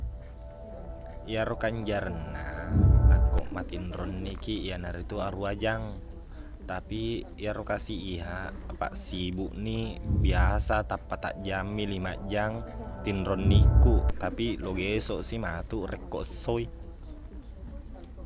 Iyaro kanjarengna nakko matinro ennikiq iyana ritu aruwa jang tapiq iyaro kasiq iyaq apaq sibuqniq biasa tappataq jang mi limaq jang tinro ennikkuq tapi lugesoksi matuq rekkko esso i